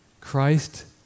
Christ